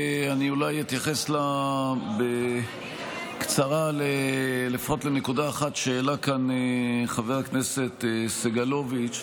אולי אתייחס בקצרה לפחות לנקודה אחת שהעלה כאן חבר הכנסת סגלוביץ'.